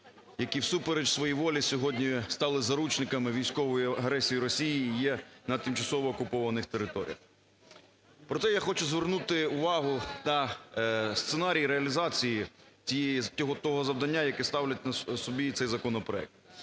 які всупереч своїй волі сьогодні стали заручниками військової агресії Росії і є на тимчасово окупованих територіях. Проте, я хочу звернути увагу на сценарій реалізації того завдання, яке ставить собі цей законопроект.